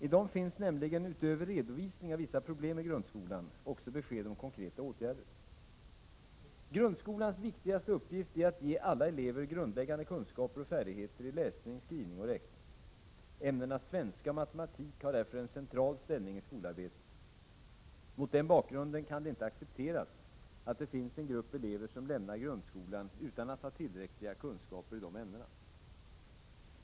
I dessa finns nämligen utöver redovisning av vissa problem i grundskolan också besked om konkreta åtgärder. Grundskolans viktigaste uppgift är att ge alla elever grundläggande kunskaper och färdigheter i läsning, skrivning och räkning. Ämnena svenska och matematik har därför en central ställning i skolarbetet. Mot denna bakgrund kan det inte accepteras att det finns en grupp elever som lämnar grundskolan utan att ha tillräckliga kunskaper i dessa ämnen.